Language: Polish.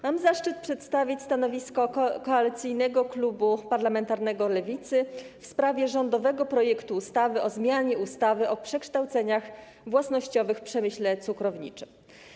Mam zaszczyt przedstawić stanowisko Koalicyjnego Klubu Parlamentarnego Lewicy w sprawie rządowego projektu ustawy o zmianie ustawy o przekształceniach własnościowych w przemyśle cukrowniczym.